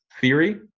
theory